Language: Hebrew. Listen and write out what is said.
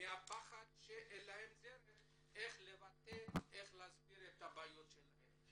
מהפחד שאין להם דרך לבטא ולהסביר את הבעיות שלהם.